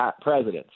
presidents